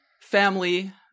family